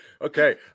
okay